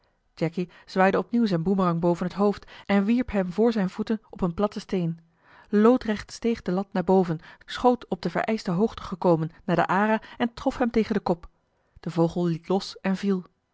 jacky zwaaide opnieuw zijn boemerang boven het hoofd en wierp hem voor zijne voeten op een platten steen loodrecht steeg de lat naar boven schoot op de vereischte hoogte gekomen naar de ara en trof hem tegen den kop de vogel liet los en viel